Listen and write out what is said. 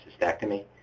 cystectomy